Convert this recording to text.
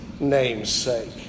namesake